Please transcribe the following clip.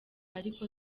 ariko